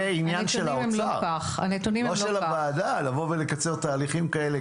זה עניין של האוצר לקצר את התהליכים האלה,